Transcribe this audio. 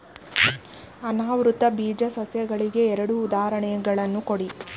ಅನಾವೃತ ಬೀಜ ಸಸ್ಯಗಳಿಗೆ ಎರಡು ಉದಾಹರಣೆಗಳನ್ನು ಕೊಡಿ